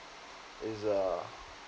is uh